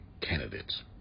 candidates